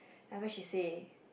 then what she say